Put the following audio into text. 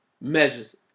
measures